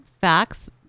facts